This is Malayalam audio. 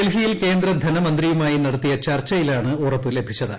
ഡ്രിൽഹിയിൽ കേന്ദ്രധനമന്ത്രിയുമായി നടത്തിയ ചർച്ചയിലാണ് ഉറപ്പ് ലഭിച്ചത്